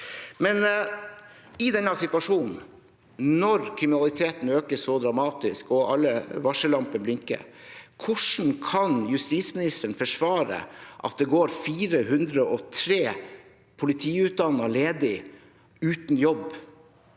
det. I denne situasjonen, når kriminaliteten øker så dramatisk og alle varsellamper blinker, hvordan kan justisministeren forsvare at det går 403 politiutdannede ledig, uten jobb?